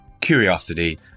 curiosity